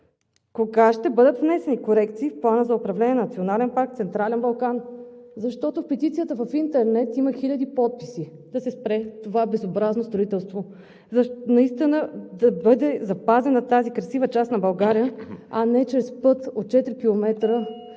кога ще бъдат внесени корекции в Плана за управление на Национален парк „Централен Балкан“, защото в петицията в интернет има хиляди подписи да се спре това безобразно строителство, наистина да бъде запазена тази красива част на България, а не чрез път от